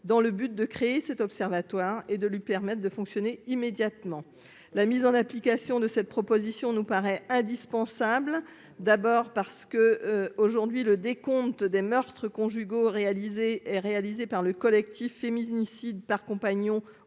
dans le but de créer cet observatoire et de lui permettent de fonctionner immédiatement la mise en application de cette proposition nous paraît indispensable, d'abord parce que, aujourd'hui, le décompte des meurtres conjugaux réalisé et réalisé par le collectif Féminicides Par compagnon